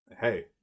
hey